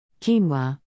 Quinoa